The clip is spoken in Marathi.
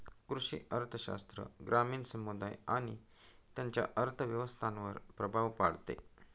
कृषी अर्थशास्त्र ग्रामीण समुदाय आणि त्यांच्या अर्थव्यवस्थांवर प्रभाव पाडते